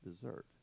dessert